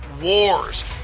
wars